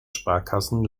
sparkassen